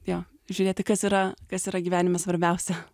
jo žiūrėti kas yra kas yra gyvenime svarbiausia